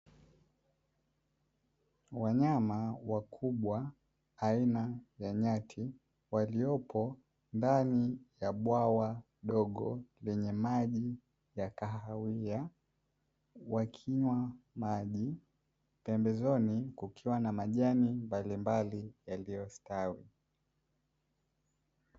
Wanyama wakubwa aina ya nyati, waliopo ndani ya bwawa dogo lenye maji ya kahawia, wakinywa maji pembezoni kukiwa na majani mbalimbali yaliyostawi.